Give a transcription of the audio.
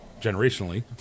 generationally